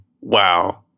Wow